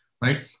right